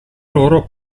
loro